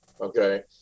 okay